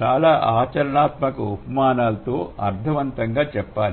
చాలా ఆచరణాత్మక ఉపమానాలతో అర్థం వంతంగా చెప్పాలి